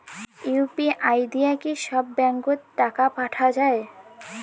UPI দিয়া কি সব ব্যাংক ওত টাকা পাঠা যায়?